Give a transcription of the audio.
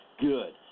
Good